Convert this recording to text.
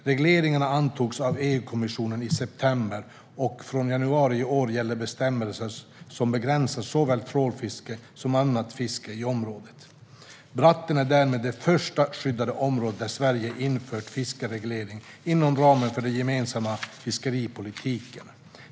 Regleringarna antogs av EU-kommissionen i september, och från januari i år gäller bestämmelser som begränsar såväl trålfiske som annat fiske i området. Bratten är därmed det första skyddade området där Sverige har infört fiskeregleringar inom ramen för den gemensamma fiskeripolitiken.